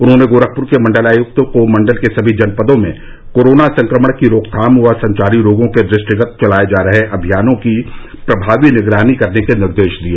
उन्होंने गोरखपुर के मंडलायुक्त को मंडल के समी जनपदों में कोरोना संक्रमण की रोकथाम व संचारी रोगों के दृष्टिगत चलाए जा रहे अभियानों की प्रभावी निगरानी करने के निर्देश दिए